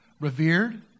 revered